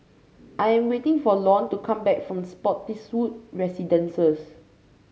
I am waiting for Lorne to come back from Spottiswoode Residences